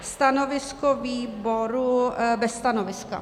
Stanovisko výboru: bez stanoviska.